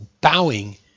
bowing